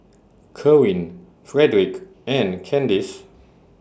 Kerwin Fredrick and Candis